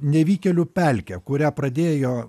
nevykėlių pelkę kurią pradėjo